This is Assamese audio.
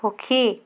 সুখী